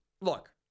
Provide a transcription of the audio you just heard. look